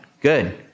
Good